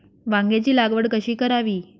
वांग्यांची लागवड कशी करावी?